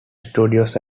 studios